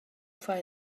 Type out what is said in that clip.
fai